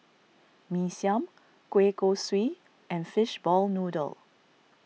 Mee Siam Kueh Kosui and Fishball Noodle